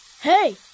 Hey